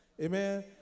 Amen